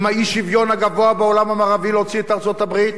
עם האי-שוויון הגבוה בעולם המערבי להוציא את ארצות-הברית.